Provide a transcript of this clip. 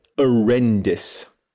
horrendous